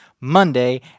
Monday